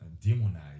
demonize